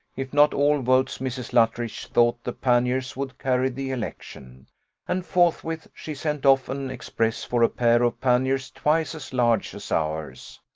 if not all votes. mrs. luttridge thought the panniers would carry the election and forthwith she sent off an express for a pair of panniers twice as large as ours.